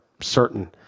certain